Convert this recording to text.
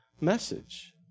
message